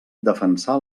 defensà